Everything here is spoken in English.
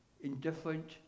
indifferent